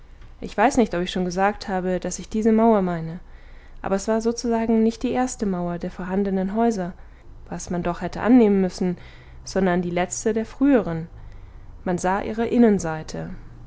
ich weiß nicht ob ich schon gesagt habe daß ich diese mauer meine aber es war sozusagen nicht die erste mauer der vorhandenen häuser was man doch hätte annehmen müssen sondern die letzte der früheren man sah ihre innenseite